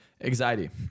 anxiety